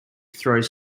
throws